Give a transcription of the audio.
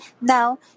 Now